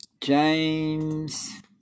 James